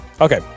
Okay